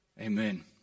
Amen